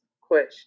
question